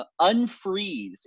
unfreeze